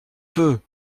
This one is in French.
peu